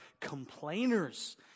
complainers